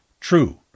true